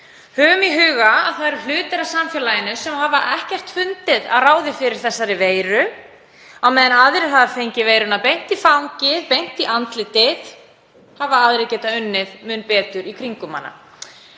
Höfum í huga að hluti af samfélaginu hefur ekkert að ráði fundið fyrir þessari veiru. Á meðan sumir hafa fengið veiruna beint í fangið, beint í andlitið, hafa aðrir geta unnið mun betur í kringum hana.